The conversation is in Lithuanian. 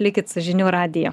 likit su žinių radiju